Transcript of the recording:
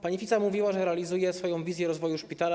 Pani Fica mówiła, że realizuje swoją wizję rozwoju szpitala.